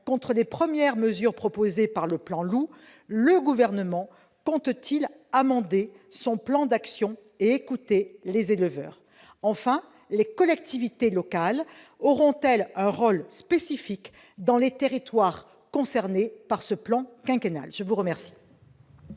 contre les premières mesures proposées dans le plan Loup, le Gouvernement compte-t-il amender son plan d'action et écouter les éleveurs ? Enfin, les collectivités locales auront-elles un rôle spécifique dans les territoires concernés par ce plan quinquennal ? La parole